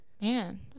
Man